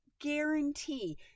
guarantee